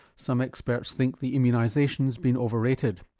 some experts think the immunisation's been over rated.